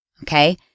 okay